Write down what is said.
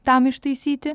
tam ištaisyti